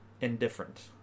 Indifferent